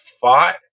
fought